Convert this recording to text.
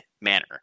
manner